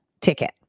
ticket